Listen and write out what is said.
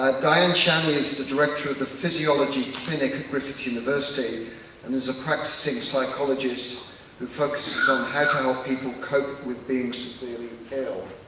dianne shanley is the director of the psychology clinic at griffith university and is a practicing psychologist who focuses on how to help people cope with being severely ill.